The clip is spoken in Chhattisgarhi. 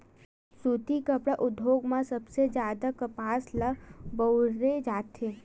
सुती कपड़ा उद्योग म सबले जादा कपसा ल बउरे जाथे